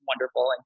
wonderful